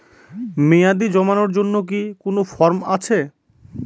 মেয়াদী জমানোর জন্য কি কোন ফর্ম আছে?